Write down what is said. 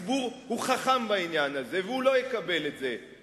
הציבור הוא חכם בעניין הזה, והוא לא יקבל את זה.